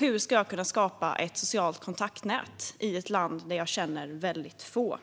Hur ska jag kunna skapa ett socialt kontaktnät i ett land där jag känner väldigt få?